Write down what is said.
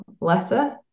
letter